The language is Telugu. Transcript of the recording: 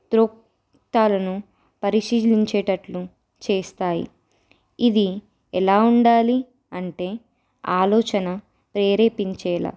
పరిశీలించేటట్లు చేస్తాయి ఇది ఎలా ఉండాలి అంటే ఆలోచన ప్రేరేపించేలా